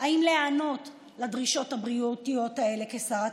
האם להיענות לדרישות הבריאותיות האלה כשרת